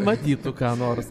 matytų ką nors